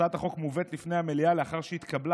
הצעת החוק מובאת לפני המליאה לאחר שהתקבלה